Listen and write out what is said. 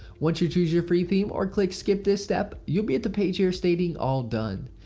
once you choose your free theme or click skip this step you'll be at the page here stating all done.